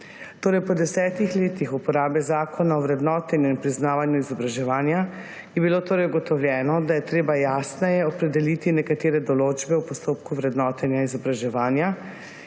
postopka. Po 10 letih uporabe Zakona o vrednotenju in priznavanju izobraževanja je bilo torej ugotovljeno, da je treba jasneje opredeliti nekatere določbe v postopku vrednotenja izobraževanja